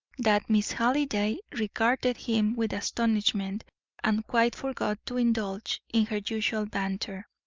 that miss halliday regarded him with astonishment and quite forgot to indulge in her usual banter.